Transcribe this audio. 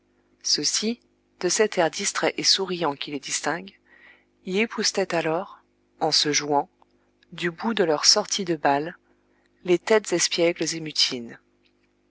ceux-ci de cet air distrait et souriant qui les distingue y époussetaient alors en se jouant du bout de leurs sorties de bal les têtes espiègles et mutines